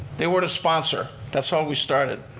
they were the sponsor. that's how we started.